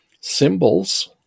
symbols